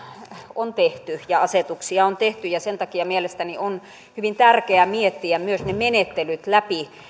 ja asetuksia on tehty ja sen takia mielestäni on hyvin tärkeää miettiä myös ne menettelyt läpi